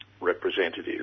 representative